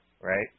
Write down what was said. right